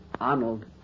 Arnold